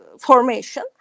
formation